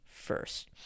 First